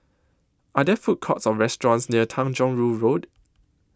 Are There Food Courts Or restaurants near Tanjong Rhu Road